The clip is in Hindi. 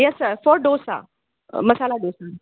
yes sir for dosa masala dosa